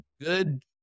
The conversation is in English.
good